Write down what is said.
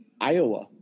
Iowa